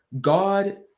God